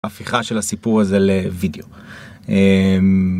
הפיכה של הסיפור הזה לוידאו.